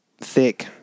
thick